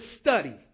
study